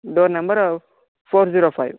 door number four zero five